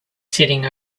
sitting